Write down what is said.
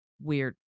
weird